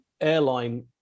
airline